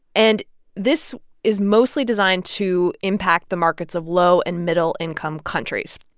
and this is mostly designed to impact the markets of low and middle-income countries,